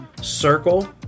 Circle